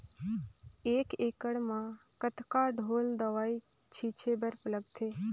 एक एकड़ म कतका ढोल दवई छीचे बर लगथे?